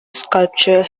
sculpture